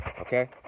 Okay